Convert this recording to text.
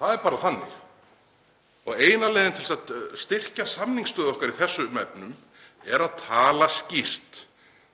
það er bara þannig. Eina leiðin til þess að styrkja samningsstöðu okkar í þessum efnum er að tala skýrt.